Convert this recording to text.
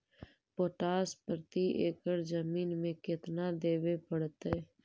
Potash प्रति एकड़ जमीन में केतना देबे पड़तै?